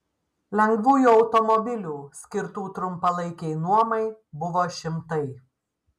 lengvųjų automobilių skirtų trumpalaikei nuomai buvo šimtai